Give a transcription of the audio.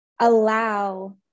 allow